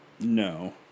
No